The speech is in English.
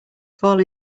fall